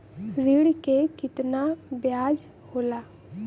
ऋण के कितना ब्याज होला?